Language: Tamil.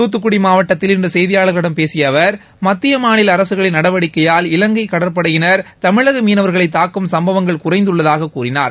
துத்துக்குடி மாவட்டத்தில் இன்று செய்தியாளர்களிடம் பேசிய அவர் மத்திய மாநில அரசுகளின் நடவடிக்கையால் இலங்கை கடற்படையினர் தமிழக மீனவர்களை தாக்கும் சம்பவங்கள் குறைந்துள்ளதாக கூறினார்